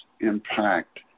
impact